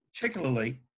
particularly